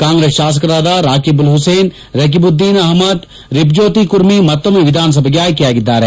ಕಾಂಗ್ರೆಸ್ ಶಾಸಕರಾದ ರಾಕಿಬುಲ್ ಹುಸೇನ್ ರೆಕಿಬುದ್ದೀನ್ ಅಷ್ಣದ್ ರುಪ್ರ್ಜ್ಯೋತಿ ಕುರ್ಮಿ ಮತ್ತೊಮ್ಮೆ ವಿಧಾನಸಭೆಗೆ ಆಯ್ಲೆಯಾಗಿದ್ದಾರೆ